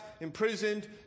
imprisoned